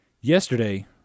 Yesterday